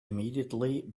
immediately